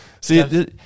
See